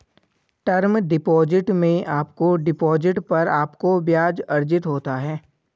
term deposit में आपके deposit पर आपको ब्याज़ अर्जित होता है